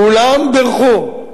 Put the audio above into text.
כולם בירכו,